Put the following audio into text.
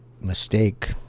mistake